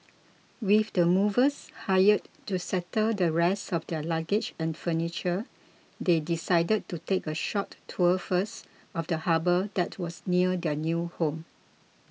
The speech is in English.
with the movers hired to settle the rest of their luggage and furniture they decided to take a short tour first of the harbour that was near their new home